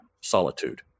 solitude